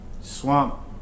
Swamp